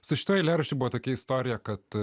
su šituo eilėraščiu buvo tokia istorija kad